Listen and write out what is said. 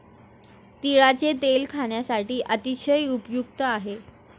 तिळाचे तेल खाण्यासाठी अतिशय उपयुक्त आहे